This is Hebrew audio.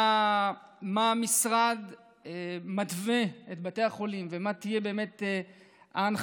מה המשרד מתווה לבתי החולים ומה יהיו באמת ההנחיות